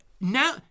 now